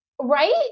right